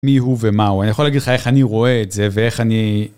מיהו ומהו, אני יכול להגיד לך איך אני רואה את זה ואיך אני...